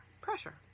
pressure